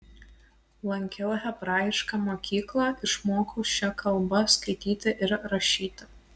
lankiau hebrajišką mokyklą išmokau šia kalba skaityti ir rašyti